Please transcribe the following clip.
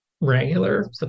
regular